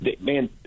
Man